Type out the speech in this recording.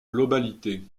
globalité